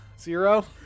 zero